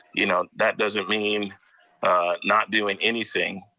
you know that doesn't mean not doing anything.